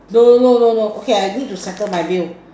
no no no no okay I need to settle my bill